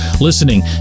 listening